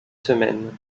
semaine